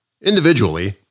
Individually